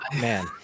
man